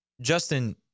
Justin